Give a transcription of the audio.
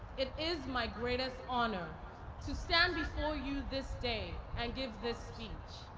it is my greatest honor to stand before you this day and give this speech.